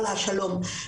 על השלום.